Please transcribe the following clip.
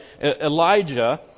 Elijah